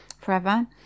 forever